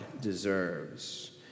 deserves